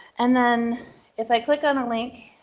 and then if i click on a link,